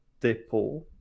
depot